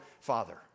father